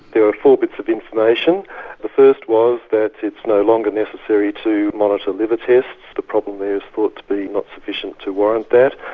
there were four bits of information. the first was that it's no longer necessary to monitor liver tests the problem there is thought to be not sufficient to warrant that.